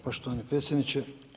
Poštovani predsjedniče.